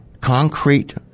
Concrete